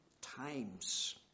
times